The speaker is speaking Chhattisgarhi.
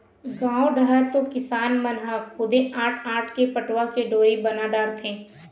गाँव डहर तो किसान मन ह खुदे आंट आंट के पटवा के डोरी बना डारथे